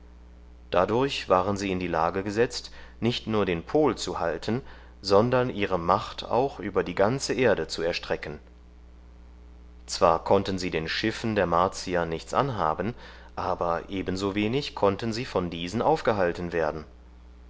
dadurch waren sie in die lage gesetzt nicht nur den pol zu halten sondern ihre macht auch über die ganze erde zu erstrecken zwar konnten sie den schiffen der martier nichts anhaben aber ebensowenig konnten sie von diesen aufgehalten werden